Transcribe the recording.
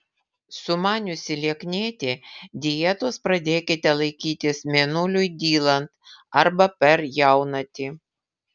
sumaniusi lieknėti dietos pradėkite laikytis mėnuliui dylant arba per jaunatį